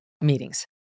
meetings